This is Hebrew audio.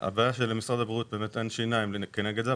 הבעיה שלמשרד הבריאות אין שיניים כנגד זה.